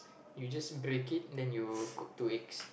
you just break it then you cook two eggs